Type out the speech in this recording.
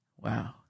Wow